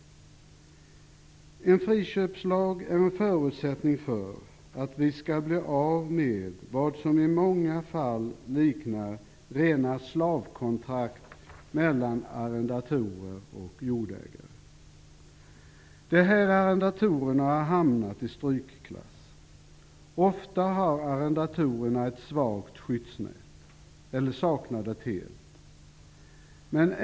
En friköpslag är en förutsättning för att vi skall bli av med det som i många fall liknar rena slavkontrakt mellan arrendatorer och jordägare. De här arrendatorerna har hamnat i strykklass. Ofta har arrendatorerna ett svagt skyddsnät eller saknar det helt.